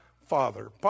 father